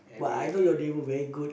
but I know your neighbour very good